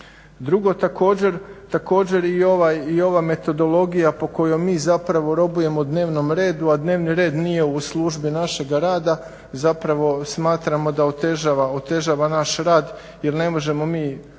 Drugo također i ova metodologija po kojoj mi zapravo robujemo dnevnom redu, a dnevni red nije u službi našega rada zapravo smatramo da otežava naš rad jer ne možemo mi